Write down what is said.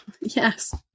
yes